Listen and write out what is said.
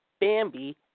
Bambi